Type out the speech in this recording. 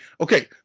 Okay